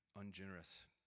ungenerous